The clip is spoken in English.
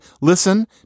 listen